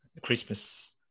christmas